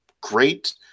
great